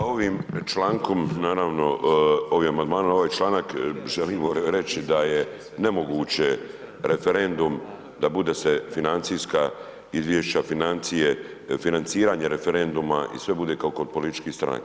Pa ovim člankom naravno ovim amandmanom, ovaj članak želim reći da je nemoguće referendum da bude se financijska izvješća, financije, financiranje referenduma i sve bude kao kod političkih stranaka.